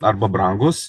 arba brangūs